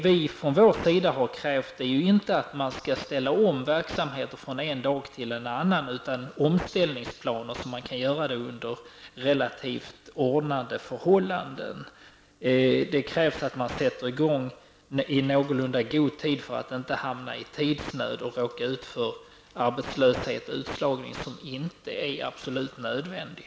Vi från vår sida har inte krävt att man skall ställa om verksamheten från en dag till en annan utan att det skall utarbetas omställningsplaner, så att man kan göra omställningen under relativt ordnade förhållanden. Det krävs att man sätter i gång i någorlunda god tid så att man inte hamnar i tidsnöd och råkar ut för arbetslöshet och utslagning som inte är absolut nödvändig.